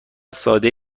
ساده